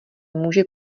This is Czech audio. může